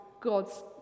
God's